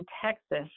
Texas